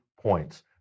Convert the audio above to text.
points